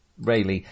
Rayleigh